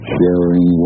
Sharing